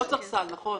לא צריך סל, נכון.